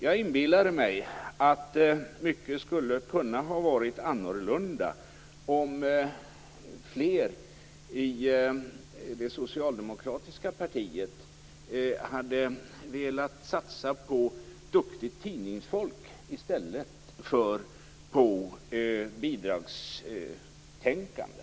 Jag inbillar mig att mycket skulle ha kunnat vara annorlunda om fler i det socialdemokratiska partiet hade velat satsa på duktigt tidningsfolk i stället för att satsa på ett bidragstänkande.